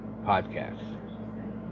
podcast